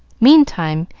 meantime,